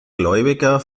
gläubiger